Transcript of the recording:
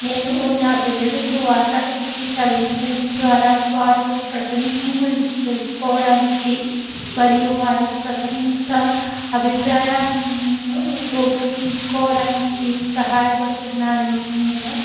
నేను నా పిల్లలుకు వార్తాపత్రికను చదివించడం ద్వారా వారు ప్రపంచం గురించి తెలుసుకోవడానికి మరియు వారి స్వతంత అభిప్రాయాలను రూపొందించుకోవడానికి సహాయపడుతున్నానని నేను